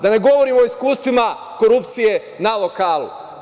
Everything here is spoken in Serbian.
Da ne govorim o iskustvima korupcije na lokalu.